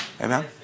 Amen